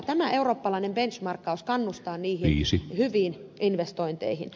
tämä eurooppalainen benchmarkkaus kannustaa niihin hyviin investointeihin